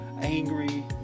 angry